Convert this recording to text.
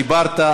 דיברת,